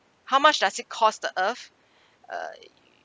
how much does it cost the earth ugh